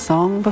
Song